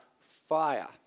fire